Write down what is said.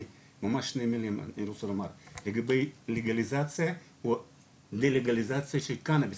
אני ממש רוצה לומר לגבי לגליציה או דה לגליציה של קנאביס,